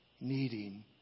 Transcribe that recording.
needing